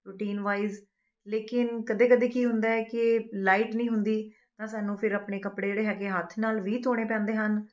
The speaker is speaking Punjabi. ਰੋਟੀਨ ਵਾਈਜ ਲੇਕਿਨ ਕਦੇ ਕਦੇ ਕੀ ਹੁੰਦਾ ਹੈ ਕਿ ਲਾਈਟ ਨਹੀਂ ਹੁੰਦੀ ਤਾਂ ਸਾਨੂੰ ਫਿਰ ਆਪਣੇ ਕੱਪੜੇ ਜਿਹੜੇ ਹੈਗੇ ਆ ਹੱਥ ਨਾਲ ਵੀ ਧੋਣੇ ਪੈਂਦੇ ਹਨ